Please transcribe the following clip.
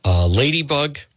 Ladybug